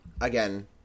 again